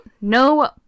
no